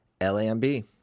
L-A-M-B